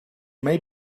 may